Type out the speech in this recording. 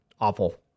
awful